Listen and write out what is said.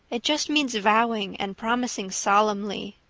it just means vowing and promising solemnly.